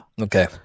Okay